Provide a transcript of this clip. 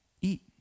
eat